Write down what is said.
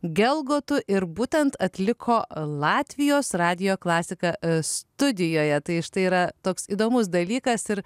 gelgotu ir būtent atliko latvijos radijo klasika studijoje tai štai yra toks įdomus dalykas ir